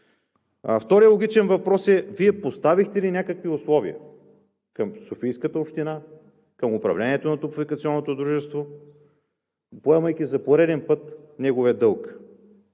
Вторият логичен въпрос е: Вие поставихте ли някакви условия към Софийската община, към управлението на топлофикационното дружество, поемайки за пореден път неговия дълг